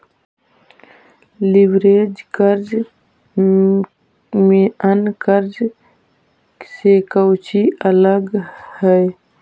Leverage कर्जा में अन्य कर्जा से कउची अलग हई?